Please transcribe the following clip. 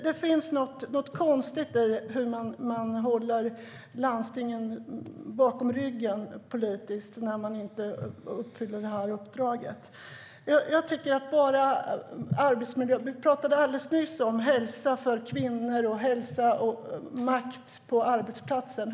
Det finns något konstigt i hur man håller landstingen bakom ryggen politiskt när de inte uppfyller uppdraget. Vi pratade nyss om hälsa för kvinnor och hälsa och makt på arbetsplatsen.